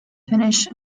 finish